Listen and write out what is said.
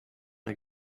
der